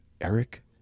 eric